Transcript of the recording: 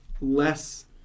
less